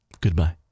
goodbye